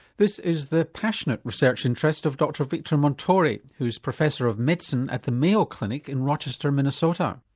this is the passionate research interest of dr victor montori who's professor of medicine at the mayo clinic in rochester, minnesota.